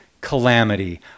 calamity